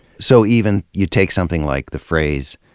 so even you take something like the phrase,